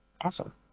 Awesome